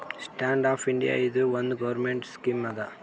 stand up India ಇದು ಒಂದ್ government scheme ಅದಾ